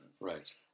Right